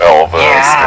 Elvis